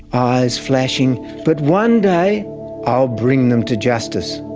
eyes flashing, but one day i'll bring them to justice.